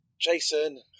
Jason